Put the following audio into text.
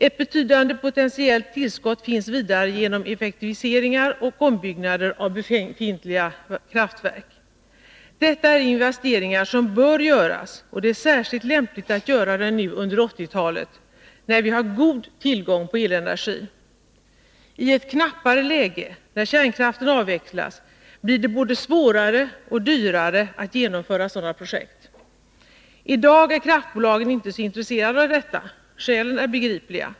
Ett betydande potentiellt tillskott finns vidare genom effektiviseringar och ombyggnader av befintliga kraftverk. Detta är investeringar som bör göras, och det är särskilt lämpligt att göra dem nu under 1980-talet, när vi har god tillgång på elenergi. I ett knappare läge, när kärnkraften avvecklas, blir det både svårare och dyrare att genomföra sådana projekt. I dag är kraftbolagen inte så intresserade av detta. Skälen är begripliga.